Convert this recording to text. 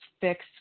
fixed